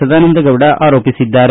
ಸದಾನಂದಗೌಡ ಆರೋಪಿಸಿದ್ದಾರೆ